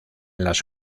las